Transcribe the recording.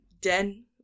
Den